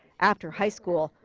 after high school,